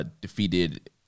defeated